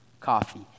coffee